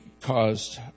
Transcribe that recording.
caused